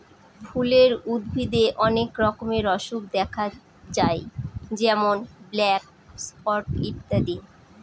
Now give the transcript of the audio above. ফুলের উদ্ভিদে অনেক রকমের অসুখ দেখা যায় যেমন ব্ল্যাক স্পট ইত্যাদি